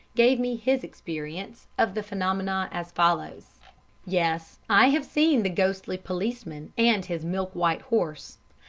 gave me his experience of the phenomena as follows yes, i have seen the ghostly policeman and his milk-white horse.